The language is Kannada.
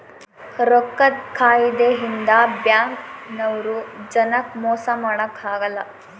ರೊಕ್ಕದ್ ಕಾಯಿದೆ ಇಂದ ಬ್ಯಾಂಕ್ ನವ್ರು ಜನಕ್ ಮೊಸ ಮಾಡಕ ಅಗಲ್ಲ